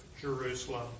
Jerusalem